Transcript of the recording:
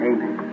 Amen